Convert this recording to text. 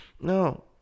No